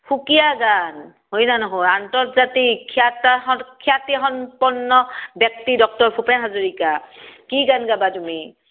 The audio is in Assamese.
সুকীয়া গান হয় না নহয় আন্তজাৰ্তিক খ্যাত স খ্যাতি সম্পন্ন ব্যক্তি ডক্টৰ ভূপেন হাজৰিকা কি গান গাবা তুমি